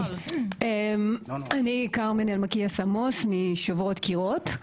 אני כרמן אלמקייס עמוס משוברות קירות,